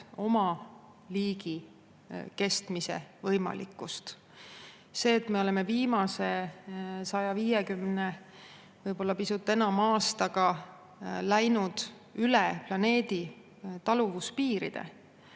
oma liigi kestmise võimalikkust. Me oleme viimase 150, võib-olla pisut enama aastaga läinud üle planeedi taluvuse piiride.